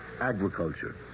agriculture